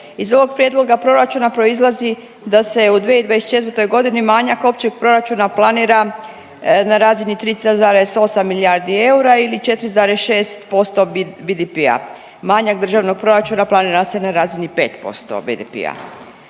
iz ovog prijedloga proračuna proizlazi da se u 2024. godini manjak općeg proračuna planira na razini 3,8 milijardi eura ili 4,6% BDP-a. Manjak Državnog proračuna planira se na razini 5% BDP-a.